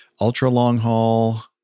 ultra-long-haul